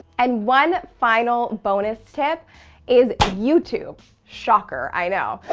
and one final bonus tip is youtube. shocker, i know,